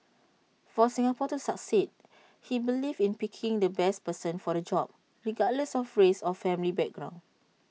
for Singapore to succeed he believed in picking the best person for the job regardless of race or family background